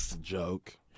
Joke